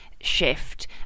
shift